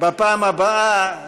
בפעם הבאה,